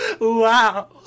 wow